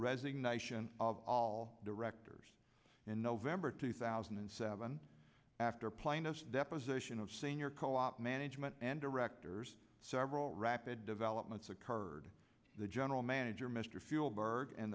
resignation of all directors in november two thousand and seven after plainness deposition of senior co op management and directors several rapid developments occurred the general manager mr fuel bird and